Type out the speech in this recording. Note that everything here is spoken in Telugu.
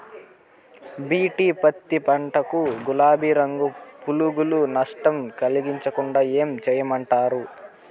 బి.టి పత్తి పంట కు, గులాబీ రంగు పులుగులు నష్టం కలిగించకుండా ఏం చేయమంటారు?